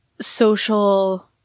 social